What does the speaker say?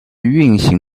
运行